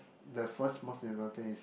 the first most important thing is